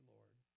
Lord